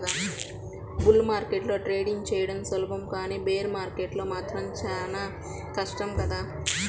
bull మార్కెట్లో trading చెయ్యడం సులభం కానీ బేర్ మార్కెట్లో మాత్రం చానా కష్టం కదా